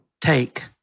take